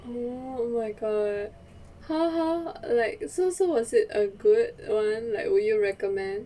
mm oh my god !huh! !huh! like so so was it a good one like would you recommend